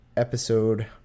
episode